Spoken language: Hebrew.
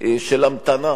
של המתנה,